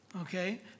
okay